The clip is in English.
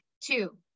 two